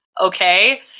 okay